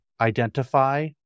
identify